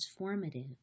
transformative